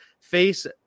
face